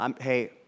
Hey